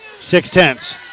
Six-tenths